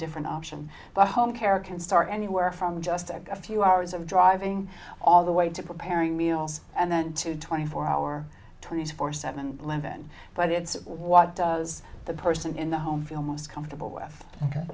different option but home care can start anywhere from just a few hours of driving all the way to preparing meals and then to twenty four hour twenty four seven eleven but it's what does the person in the home feel most comfortable with